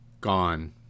Gone